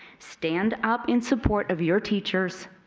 stand up in support of your teachers.